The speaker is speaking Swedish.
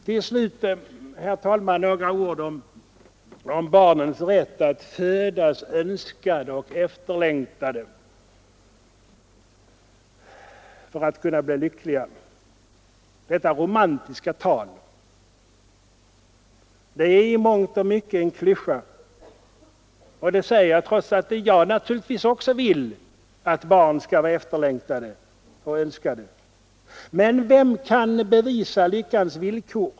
Till slut, herr talman, några ord om barnens rätt att födas önskade och efterlängtade för att kunna bli lyckliga. Detta romantiska tal är i mångt och mycket en klyscha. Det säger jag trots att jag naturligtvis också vill att barn skall vara efterlängtade och önskade. Men vem kan bevisa lyckans villkor?